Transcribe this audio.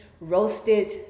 roasted